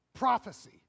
Prophecy